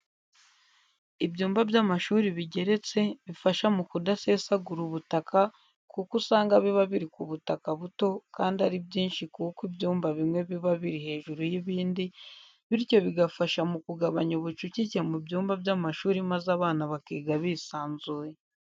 Ibyumba by'amashuri bigeretse bifasha mu kudasesagura ubutaka kuko usanga biba biri ku butaka buto kandi ari byinshi kuko ibyumba bimwe biba biri hejuru y'ibindi, bityo bigafasha mu kugabanya ubucucike mu byumba by'amashuri maze abana bakiga bisanzuye.